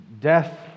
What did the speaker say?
Death